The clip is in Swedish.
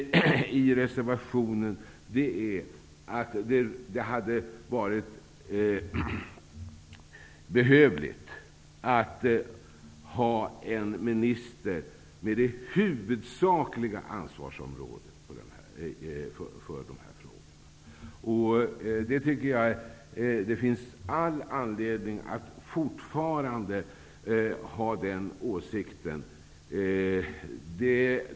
I reservationen sägs att det hade varit behövligt att ha en minister som hade dessa frågor såsom huvudsakligt ansvarsområde. Det finns all anledning att fortfarande hysa den åsikten.